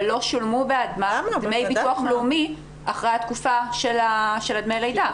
אבל לא שולמו בעבורה דמי ביטוח לאומי אחרי התקופה של דמי הלידה.